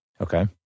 Okay